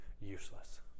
useless